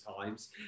times